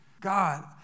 God